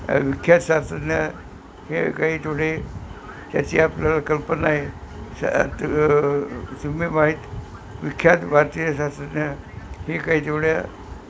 विख्यात शास्त्रज्ञ हे काही तेवढी त्याची आपल्याला कल्पना आहे माहीत विख्यात भारतीय शास्त्रज्ञ हे काही तेवढ्या